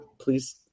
please